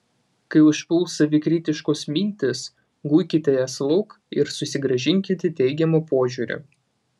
kai užpuls savikritiškos mintys guikite jas lauk ir susigrąžinkite teigiamą požiūrį